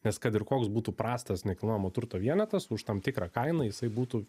nes kad ir koks būtų prastas nekilnojamo turto vienetas už tam tikrą kainą jisai būtų